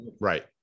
right